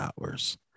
hours